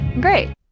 great